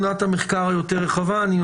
לחבריי וגם